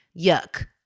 Yuck